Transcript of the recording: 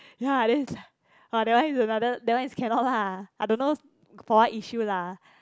ya then is like that one is another that one is cannot lah I don't know for what issue lah